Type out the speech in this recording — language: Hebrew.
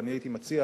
ואני הייתי מציע,